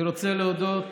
אני רוצה להודות